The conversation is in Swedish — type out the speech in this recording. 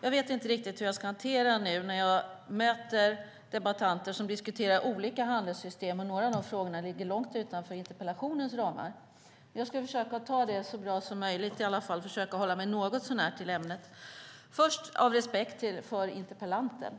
Jag vet inte riktigt hur jag ska hantera det när jag nu möter debattörer som diskuterar olika handelsystem. Några av frågorna ligger långt utanför interpellationens ramar. Jag ska dock försöka att ta det så bra som möjligt och hålla mig något så när till ämnet, av respekt för interpellanten.